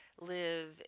live